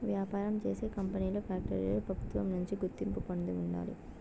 వ్యాపారం చేసే కంపెనీలు ఫ్యాక్టరీలు ప్రభుత్వం నుంచి గుర్తింపు పొంది ఉండాలి